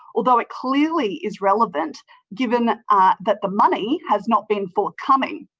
although it clearly is relevant given that the money has not been forthcoming.